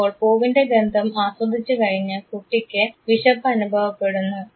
ഇപ്പോൾ പൂവിൻറെ ഗന്ധം ആസ്വദിച്ചു കഴിഞ്ഞ് കുട്ടിക്ക് വിശപ്പ് അനുഭവപ്പെടുന്നു